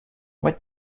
what